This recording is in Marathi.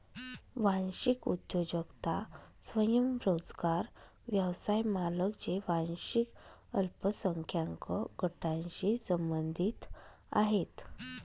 वांशिक उद्योजकता स्वयंरोजगार व्यवसाय मालक जे वांशिक अल्पसंख्याक गटांशी संबंधित आहेत